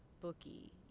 bookie